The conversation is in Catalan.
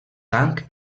sang